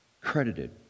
credited